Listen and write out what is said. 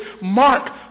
Mark